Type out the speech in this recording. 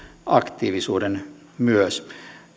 aktiivisuudesta myös koetan